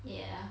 ya